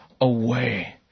away